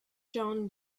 john